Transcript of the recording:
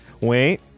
Wait